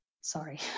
sorry